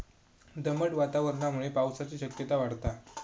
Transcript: दमट वातावरणामुळे पावसाची शक्यता वाढता